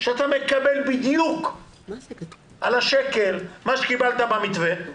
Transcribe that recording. אתה מקבל בדיוק מה שקיבלת במתווה.